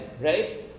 right